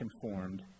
conformed